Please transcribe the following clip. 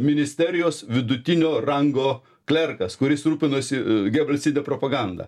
ministerijos vidutinio rango klerkas kuris rūpinosi genocide propaganda